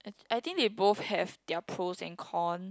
I I think they both have their pros and con